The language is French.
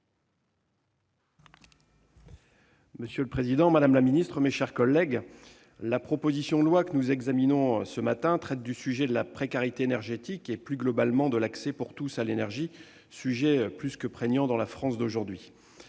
Monsieur le président, madame la secrétaire d'État, mes chers collègues, la proposition de loi que nous examinons ce matin a trait à la précarité énergétique et, plus globalement, à l'accès de tous à l'énergie, sujet plus que prégnant dans la France d'aujourd'hui.